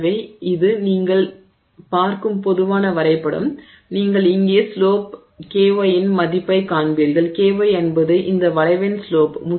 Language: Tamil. எனவே இது நீங்கள் பார்க்கும் பொதுவான வரைபடம் நீங்கள் இங்கே ஸ்லோப் ky இன் மதிப்பைக் காண்பீர்கள் ky என்பது இந்த வளைவின் ஸ்லோப்